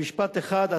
במשפט אחד,